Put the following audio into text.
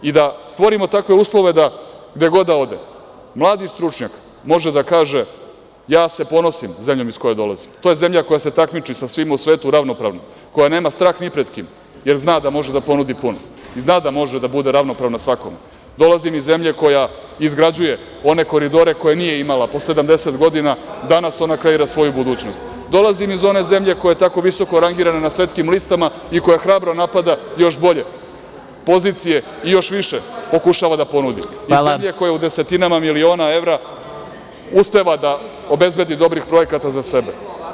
Treba da stvorimo takve uslove da, gde god da ode, mladi stručnjak, može da kaže - ja se ponosim zemljom iz koje dolazim, to je zemlja koja se takmiči sa svima u svetu ravnopravno, koja nema strah ni pred kim, jer zna da može da ponudi puno i zna da može da bude ravnopravna svakome; dolazim iz zemlje koja izgrađuje one koridore koje nije imala po 70 godina, a danas ona kreira svoju budućnost; dolazim iz one zemlje koja je tako visoko rangirana na svetskim listama i koja hrabro napada još bolje pozicije i još više pokušava da ponudi, iz Srbije, koja u desetinama miliona evra uspeva da obezbedi dobrih projekata za sebe.